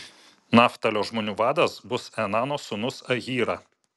naftalio žmonių vadas bus enano sūnus ahyra